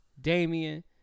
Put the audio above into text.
Damian